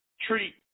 treat